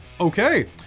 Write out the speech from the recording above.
Okay